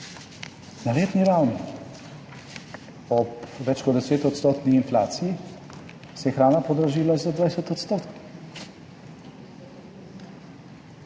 Na letni ravni, ob več kot 10-odstotni inflaciji, se je hrana podražila za 20 odstotkov.